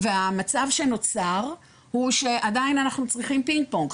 והמצב שנוצר הוא שעדיין אנחנו צריכים פינג-פונג.